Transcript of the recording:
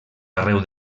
arreu